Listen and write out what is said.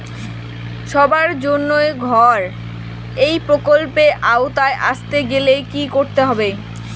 সবার জন্য ঘর এই প্রকল্পের আওতায় আসতে গেলে কি করতে হবে?